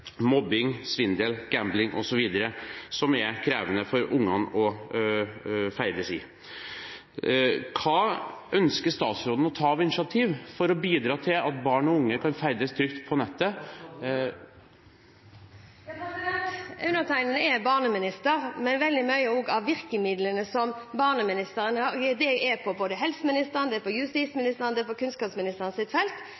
mobbing, svindel, gambling, osv. – som er krevende for ungene å ferdes i. Hva ønsker statsråden å ta av initiativ for å bidra til at barn og unge kan ferdes trygt på nettet? Ja, undertegnede er barneminister, men veldig mange av virkemidlene er på helseministerens, justisministerens og kunnskapsministerens felt. Men som barneminister er jeg også bekymret for barna der ute, og det er